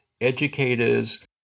educators